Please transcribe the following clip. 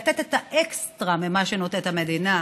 לתת את האקסטרה ממה שנותנת המדינה,